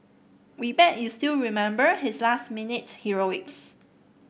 we bet you still remember his last minute heroics